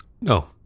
No